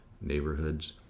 neighborhoods